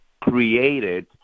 created